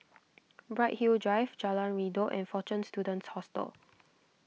Bright Hill Drive Jalan Redop and fortune Students Hostel